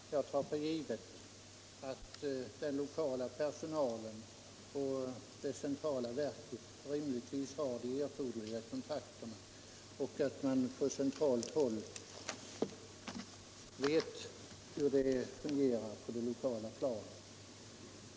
Herr talman! Jag tar för givet att den lokala personalen i det centrala verket rimligtvis har de erforderliga kontakterna och att man på centralt håll vet hur det fungerar på det lokala planet.